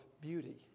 beauty